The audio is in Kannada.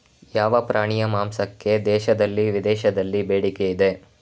ಯಾವ ಪ್ರಾಣಿಯ ಮಾಂಸಕ್ಕೆ ದೇಶದಲ್ಲಿ ವಿದೇಶದಲ್ಲಿ ಬೇಡಿಕೆ ಇದೆ?